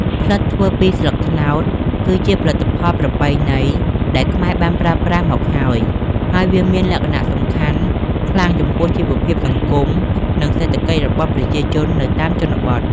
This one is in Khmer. ផ្លិតធ្វើពីស្លឹកត្នោត គឺជាផលិតផលប្រពៃណីដែលខ្មែរបានប្រើប្រាស់មកហើយ ហើយវាមានសារៈសំខាន់ខ្លាំងចំពោះជីវភាពសង្គម និងសេដ្ឋកិច្ចរបស់ប្រជាជននៅតាមជនបទ។